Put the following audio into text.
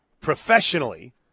professionally